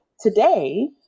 today